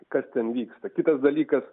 kas ten vyksta kitas dalykas